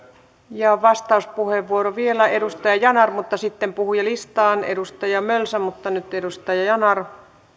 vastauspuheenvuoro vielä edustaja yanar sitten puhujalistaan edustaja mölsä mutta nyt edustaja yanar